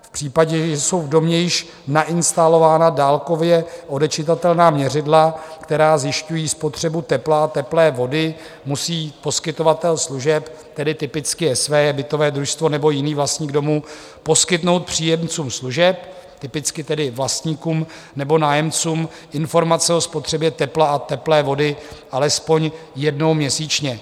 V případě, že jsou v domě již nainstalována dálkově odečitatelná měřidla, která zjišťují spotřebu tepla a teplé vody, musí poskytovatel služeb, tedy typicky SVJ, bytové družstvo nebo jiný vlastník domu, poskytnout příjemcům služeb, typicky tedy vlastníkům nebo nájemcům, informace o spotřebě tepla a teplé vody alespoň jednou měsíčně.